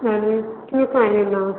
ठीक आहे ना